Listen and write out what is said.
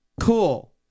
cool